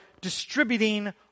distributing